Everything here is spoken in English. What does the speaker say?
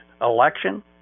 election